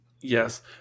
Yes